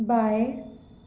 बाएँ